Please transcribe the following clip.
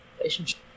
relationship